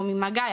או ממגע,